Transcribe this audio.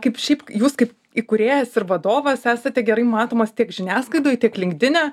kaip šiaip jūs kaip įkūrėjas ir vadovas esate gerai matomas tiek žiniasklaidoj tiek lingdine